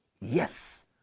yes